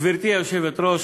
גברתי היושבת-ראש,